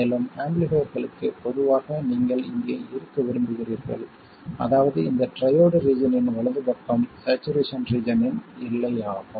மேலும் ஆம்பிளிஃபைர்களுக்கு பொதுவாக நீங்கள் இங்கே இருக்க விரும்புகிறீர்கள் அதாவது இந்த ட்ரையோட் ரீஜன்யின் வலது பக்கம் சேச்சுரேஷன் ரீஜன் இன் எல்லை ஆகும்